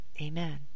Amen